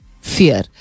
fear